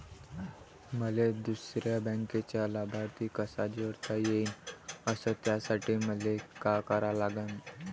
मले दुसऱ्या बँकेचा लाभार्थी कसा जोडता येईन, अस त्यासाठी मले का करा लागन?